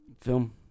film